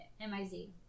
M-I-Z